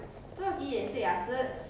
看别人玩 game